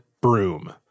broom